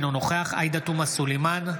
אינו נוכח עאידה תומא סלימאן,